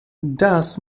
das